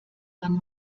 man